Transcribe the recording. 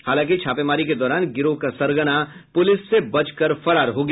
हालांकि छापेमारी के दौरान गिरोह का सरगना पुलिस से बच कर फरार हो गया